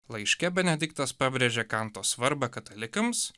laiške benediktas pabrėžė kanto svarbą katalikams